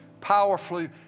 powerfully